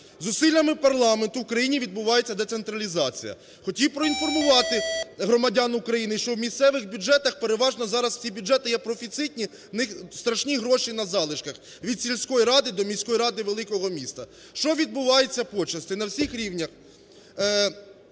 зусиллями парламенту в країні відбувається децентралізація. Хотів проінформувати громадян України, що в місцевих бюджетах, переважно зараз всі бюджети єпрофіцитні, в них страшні гроші на залишках від сільської ради до міської ради великого міста. Що відбувається по части на всіх рівнях?